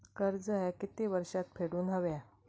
कर्ज ह्या किती वर्षात फेडून हव्या?